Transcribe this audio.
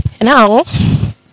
now